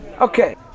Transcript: Okay